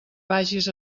vagis